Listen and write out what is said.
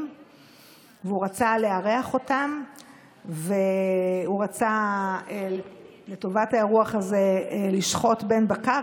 והוא רצה לארח אותם והוא רצה לטובת האירוח הזה לשחוט בן בקר,